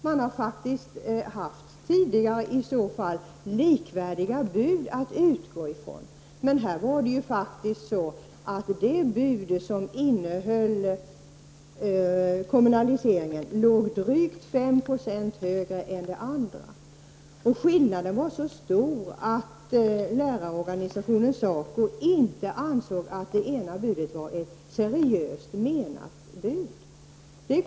Man har faktiskt i så fall tidigare haft likvärdiga bud att utgå från. Det bud som innehöll förslag om kommunalisering låg emellertid drygt 5 96 högre än det andra. Skillnaden var så stor att lärarorganisationen SACO ansåg att det ena budet inte var ett seriöst menat bud.